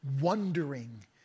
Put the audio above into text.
wondering